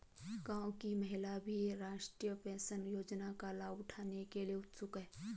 गांव की महिलाएं भी राष्ट्रीय पेंशन योजना का लाभ उठाने के लिए उत्सुक हैं